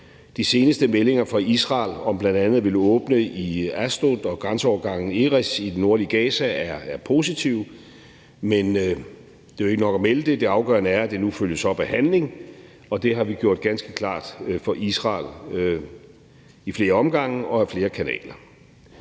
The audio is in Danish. De seneste meldinger fra Israel om bl.a. at ville åbne i Ashdodog grænseovergangen Erez i det nordlige Gaza er positive. Men det er jo ikke nok at melde det. Det afgørende er, at det nu følges op af handling, og det har vi gjort ganske klart over for Israel ad flere omgange og ad flere kanaler.